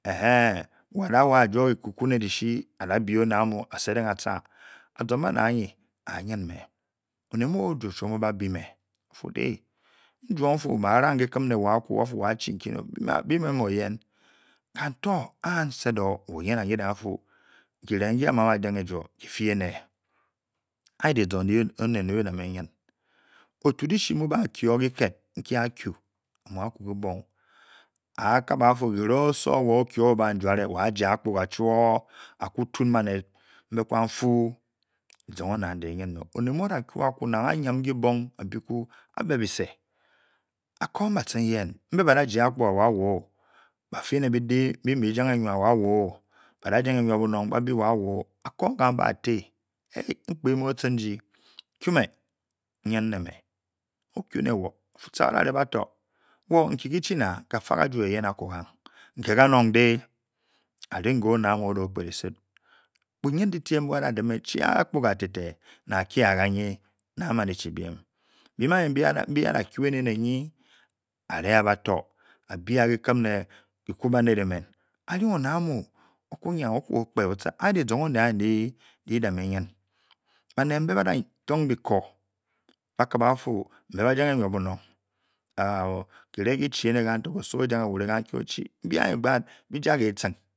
Eh be heee? ben ba wa jor pe ku le ke shi bawa jor be onanu ba selenti ba tar lezong a du ye eh yene oto leshup mde ocha ke ked lezong onel ema osowo okea ba benny oyep batuney odah odah le kambe pator oyen letem oke banel bam a be tu kem laku be bong emen ke yen ah ye baned imbe para temak below ah kela tu chi an ye eben pkale be chi he kon